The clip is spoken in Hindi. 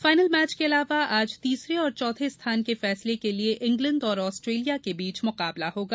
फाइनल मैच के अलावा आज तीसरे और चौथे स्थान के फैसले के लिए इंग्लैंड और ऑस्ट्रेलिया के बीच मुकाबला होगा